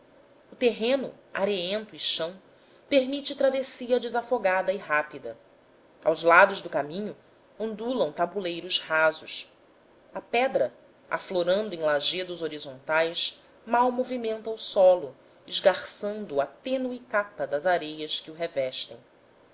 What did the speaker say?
o terreno areento e chão permite travessia desafogada e rápida aos lados do caminho ondulam tabuleiros rasos a pedra aflorando em lajedos horizontais mal movimenta o solo esgarçando a tênue capa das areias que o revestem